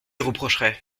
reprocherait